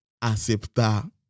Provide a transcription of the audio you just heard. aceptar